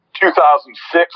2006